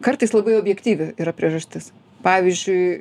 kartais labai objektyvi yra priežastis pavyzdžiui